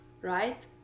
right